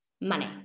money